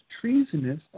treasonous